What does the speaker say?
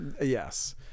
Yes